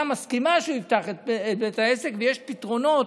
מסכימה שהוא יפתח את בית העסק ויש פתרונות